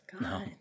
No